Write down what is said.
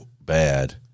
bad